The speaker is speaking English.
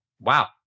wow